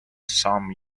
some